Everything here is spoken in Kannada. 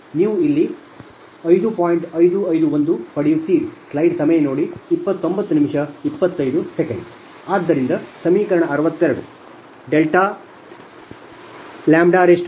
ನೀವು ಇಲ್ಲಿ 5